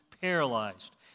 paralyzed